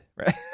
right